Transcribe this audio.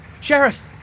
Sheriff